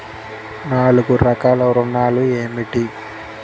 నాలుగు రకాల ఋణాలు ఏమిటీ?